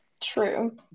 True